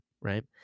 Right